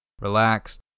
relaxed